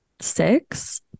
six